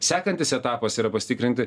sekantis etapas yra pasitikrinti